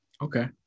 Okay